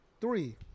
Three